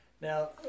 Now